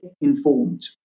informed